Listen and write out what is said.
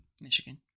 Michigan